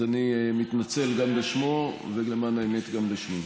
אז אני מתנצל גם בשמו, ולמען האמת, גם בשמי.